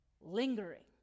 lingering